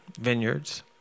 vineyards